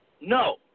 no